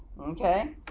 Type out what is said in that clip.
Okay